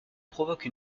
provoque